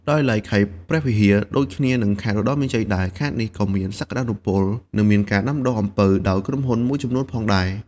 ដោយឡែកខេត្តព្រះវិហារ ដូចគ្នានឹងខេត្តឧត្តរមានជ័យដែរ ខេត្តនេះក៏មានសក្តានុពល និងមានការដាំដុះអំពៅដោយក្រុមហ៊ុនមួយចំនួនផងដែរ។